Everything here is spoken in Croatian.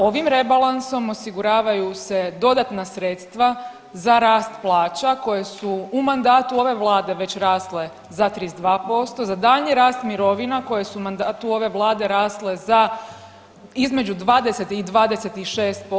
Ovim rebalansom osiguravaju se dodatna sredstva za rast plaća koje su u mandatu ove vlade već rasle za 32%, za daljnji rast mirovina koje su u mandatu ove vlade rasle za između 20 i 26%